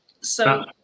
So-